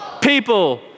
people